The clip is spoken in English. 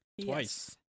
Twice